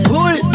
Pull